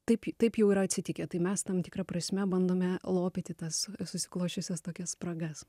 taip taip jau yra atsitikę tai mes tam tikra prasme bandome lopyti tas susiklosčiusias tokias spragas